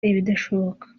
ibidashoboka